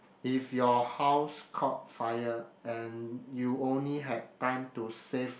if your house caught fire and you only had time to save